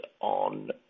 on